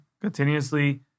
continuously